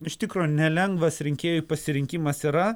iš tikro nelengvas rinkėjų pasirinkimas yra